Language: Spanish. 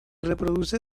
reproduce